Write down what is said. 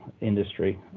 industry